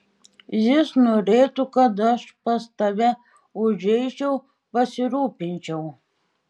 jis norėtų kad aš pas tave užeičiau pasirūpinčiau